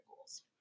goals